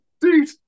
dude